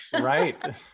Right